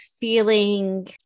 feeling